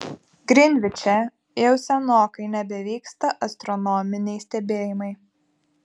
grinviče jau senokai nebevyksta astronominiai stebėjimai